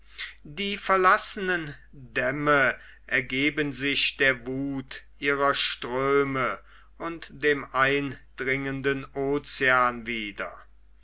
die verlassenen dämme ergeben sich der wuth ihrer ströme und dem eindringenden ocean wieder